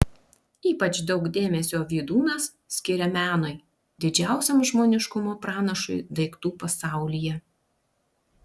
ypač daug dėmesio vydūnas skiria menui didžiausiam žmoniškumo pranašui daiktų pasaulyje